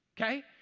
okay